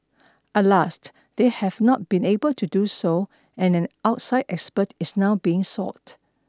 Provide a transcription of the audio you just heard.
at last they have not been able to do so and an outside expert is now being sought